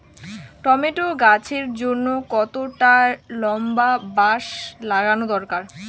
Tomato গাছের জন্যে কতটা লম্বা বাস লাগানো দরকার?